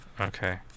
Okay